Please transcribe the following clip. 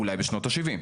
אולי בשנות ה-70'.